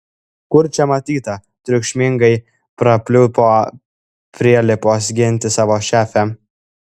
kur čia matyta triukšmingai prapliupo prielipos ginti savo šefę